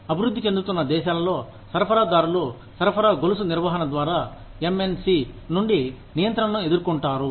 అభివృద్ధి చెందుతున్న దేశాలలో సరఫరాదారులు సరఫరా గొలుసు నిర్వహణ ద్వారా MNC నుండి నియంత్రణను ఎదుర్కొంటారు